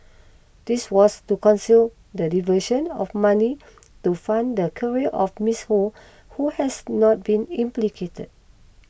this was to conceal the diversion of money to fund the career of Miss Ho who has not been implicated